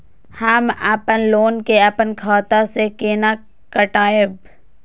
हम अपन लोन के अपन खाता से केना कटायब?